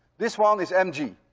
this one is mg.